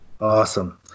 awesome